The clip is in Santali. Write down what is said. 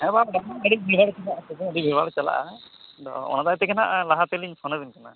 ᱟᱹᱰᱤ ᱦᱚᱲ ᱪᱟᱞᱟᱜᱼᱟ ᱚᱱᱟ ᱛᱮᱜᱮ ᱦᱟᱸᱜ ᱞᱟᱦᱟ ᱛᱮᱞᱤᱧ ᱯᱷᱳᱱ ᱟᱵᱮᱱ ᱠᱟᱱᱟ